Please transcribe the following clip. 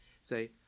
say